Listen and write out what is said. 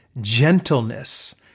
gentleness